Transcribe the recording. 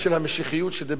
שדיבר עליה דיסקין,